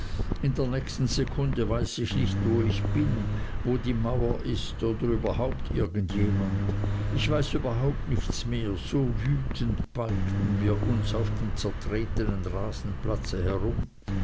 in der nächsten sekunde weiß ich nicht wo ich bin wo die mauer ist oder überhaupt irgend jemand ich weiß überhaupt nichts mehr so wütend balgen wir uns auf dem zertretenen rasenplatze herum